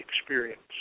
experience